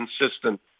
consistent